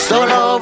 Solo